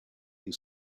you